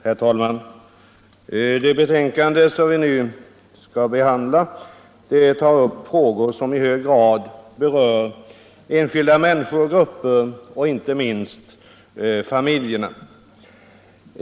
Herr talman! Det betänkande som vi nu skall behandla tar upp frågor som i hög grad berör enskilda människor, grupper och inte minst familjerna.